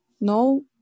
No